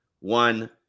One